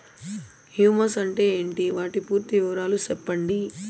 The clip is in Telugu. హ్యూమస్ అంటే ఏంటి? వాటి పూర్తి వివరాలు సెప్పండి?